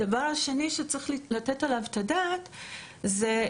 הדבר השני שצריך לתת עליו את הדעת זה,